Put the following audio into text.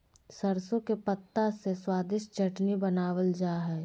सरसों के पत्ता से स्वादिष्ट चटनी बनावल जा हइ